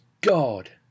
God